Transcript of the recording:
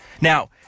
Now